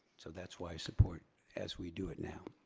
so that's why i support as we do it now.